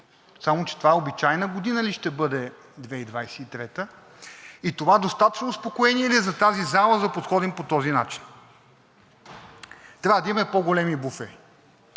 Само че това обичайна година ли ще бъде – 2023-а, и това достатъчно успокоение ли е за тази зала, за да подходим по този начин? Трябва да имаме по-големи буфери.